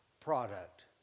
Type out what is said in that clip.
product